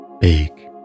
big